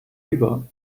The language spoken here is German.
über